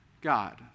God